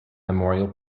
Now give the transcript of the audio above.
memorial